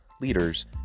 leaders